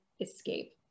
escape